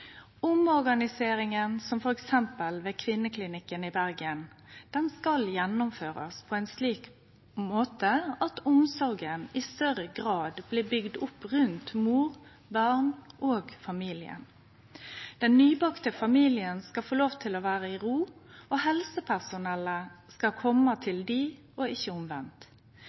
Omorganiseringa av f.eks. Kvinneklinikken i Bergen skal gjennomførast på ein slik måte at omsorga i større grad blir bygd opp rundt mor, barn og familien. Den nybakte familien skal få vere i ro, og helsepersonellet skal kome til dei og ikkje